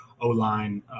O-line